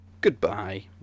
goodbye